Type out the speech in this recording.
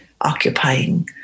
occupying